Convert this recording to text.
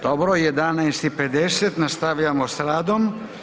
Dobro, 11,50 nastavljamo s radom.